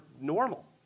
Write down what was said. normal